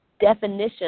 definition